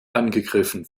angegriffen